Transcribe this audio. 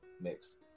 next